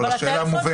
אבל השאלה מובנת.